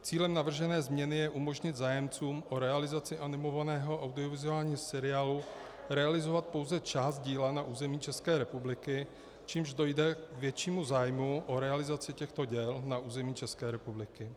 Cílem navržené změny umožnit zájemcům o realizaci animovaného audiovizuálního seriálu realizovat pouze část díla na území České republiky, čímž dojde k většímu zájmu o realizaci těchto děl na území České republiky.